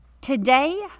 today